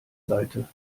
seite